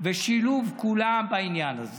ושילוב כולם בעניין הזה.